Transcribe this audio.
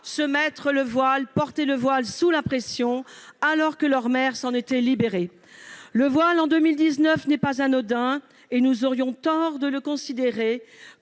se mettre à porter le voile sous la pression, alors que leurs mères s'en étaient libérées. Le voile, en 2019, n'est pas anodin, et nous aurions tort de considérer